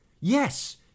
Yes